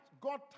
God